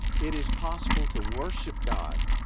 it is possible to worship god,